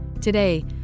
Today